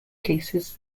cases